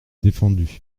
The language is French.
défendu